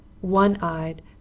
one-eyed